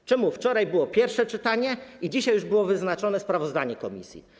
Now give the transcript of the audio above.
Dlaczego wczoraj było pierwsze czytanie i dzisiaj już było wyznaczone sprawozdanie komisji?